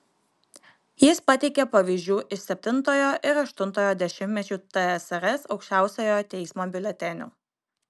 jis pateikia pavyzdžių iš septintojo ir aštuntojo dešimtmečių tsrs aukščiausiojo teismo biuletenių